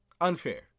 Unfair